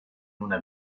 una